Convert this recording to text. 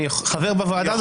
אני חבר בוועדה הזאת.